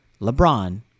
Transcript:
LeBron